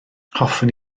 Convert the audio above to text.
hoffwn